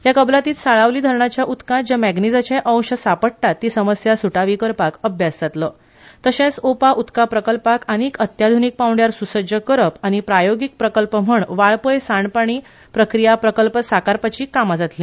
ह्या कबलातींत साळावली धरणाच्या उद्कांत जे मँगनिजाचे अंश सापडतात ती समस्या सुटावी करपाक अभ्यास जातलो तशेंच ओपा उदक प्रकल्पाक आनीक अत्याधुनिक पांवड्यार सुसज्ज करप तशेंच प्रायोगिक प्रकल्प म्हण वाळपय सांडपाणी प्रक्रीया प्रकल्प साकारपाची कामां जातली